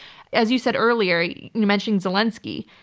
as you said earlier, you you mentioned zelensky.